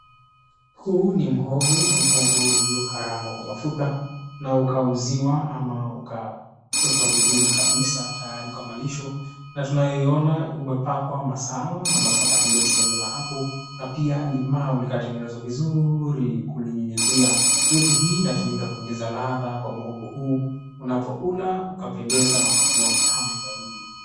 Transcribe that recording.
Huu ni mhogo, mhogo huu uliokarangwa kwa mafuta na ukauziwa ama ukachotwa vizuri kabisa tayari kwa malisho na tuniona umepakwa masala, masala hiyo tunaiona hapo na pia limau likatengenezwa vizuri kulinyunyuzia, yote hii inatumika kuongeza ladha kwa mhogo huu unapokula ukapendeza na ukakuwa mtamu zaidi.